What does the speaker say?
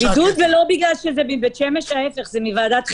שמדובר במועדון חברים.